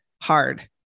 Hard